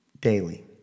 daily